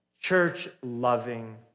church-loving